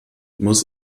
muss